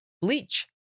bleach